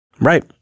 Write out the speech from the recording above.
Right